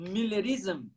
Millerism